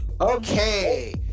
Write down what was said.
Okay